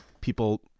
People